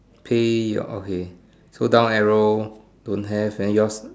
pay your okay so down arrow don't have then yours